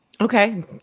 Okay